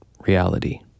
reality